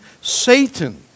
Satan